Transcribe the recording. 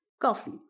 coffee